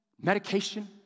medication